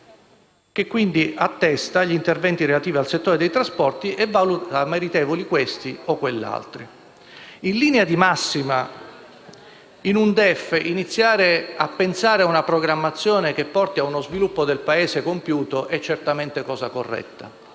che attesta gli interventi relativi al settore dei trasporti e valuta meritevoli questi o quegli altri. In linea di massima, iniziare a pensare in un DEF a una programmazione che porti a uno sviluppo del Paese compiuto è certamente cosa corretta,